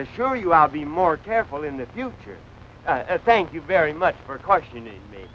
was sure you are be more careful in the future as thank you very much for questioning me